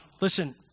listen